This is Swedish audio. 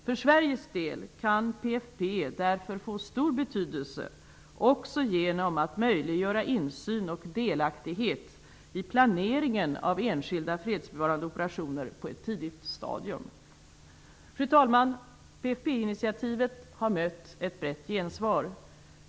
För Sveriges del kan PFF därför få stor betydelse också genom möjligheten till insyn och delaktighet i planeringen av enskilda fredsbevarande operationer på ett tidigt stadium. Fru talman! PFF-initiativet har mött ett brett gensvar.